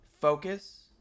focus